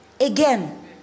again